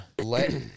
let